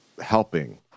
helping